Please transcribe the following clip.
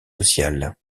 sociales